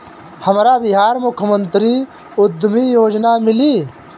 हमरा बिहार मुख्यमंत्री उद्यमी योजना मिली?